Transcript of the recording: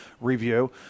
review